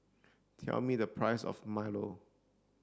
tell me the price of Milo